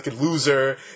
loser